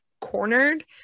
cornered